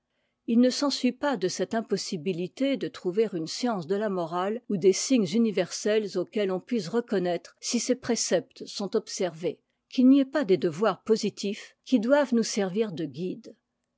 i ne s'ensuit pas de cette impossibilité de trouver une science de la morale ou des signes universels auxquels on puisse reconnaître si ces préceptes sont observés qu'il n'y ait pas des devoirs positifs qui doivent nous servir de guides